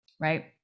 right